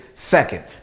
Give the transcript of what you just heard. Second